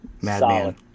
madman